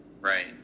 Right